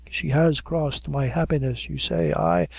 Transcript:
she has crossed my happiness you say ay,